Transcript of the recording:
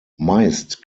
meist